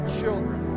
children